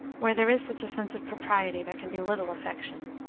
where there is such a sense of propriety there can be little affection.